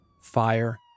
fire